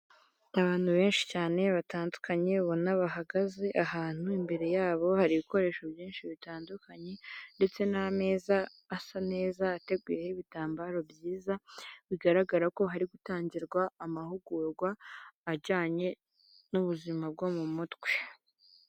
Abantu benshi cyane batandukanye, babona bahagaze ahantu, imbere yabo hari ibikoresho byinshi bitandukanye, ndetse n'ameza asa neza, ateguyeho ibitambaro byiza, bigaragara ko hari gutangirwa amahugurwa ajyanye n'ubuzima bwo mu mutwe.